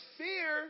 fear